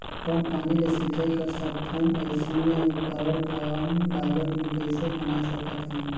कम पानी ले सिंचाई कर सकथन अइसने उपकरण कम लागत मे कइसे बनाय सकत हन?